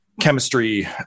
chemistry